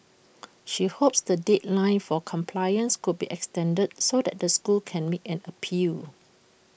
she hopes the deadline for compliance could be extended so that the school could make an appeal